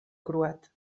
croat